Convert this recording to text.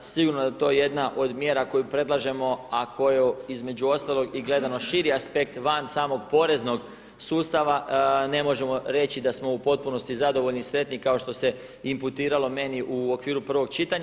Sigurno da je to jedna od mjera koju predlažemo, a koju između ostaloga i gledano širi aspekt van samog poreznog sustava ne možemo reći da smo u potpunosti zadovoljni i sretni kao što se imputiralo meni u okviru prvog čitanja.